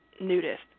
nudist